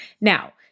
Now